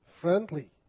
friendly